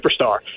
superstar